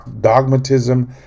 dogmatism